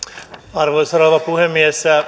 arvoisa rouva puhemies